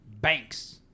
banks